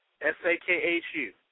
S-A-K-H-U